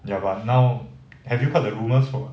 ya but now have you heard the rumours from